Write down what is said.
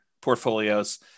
portfolios